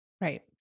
Right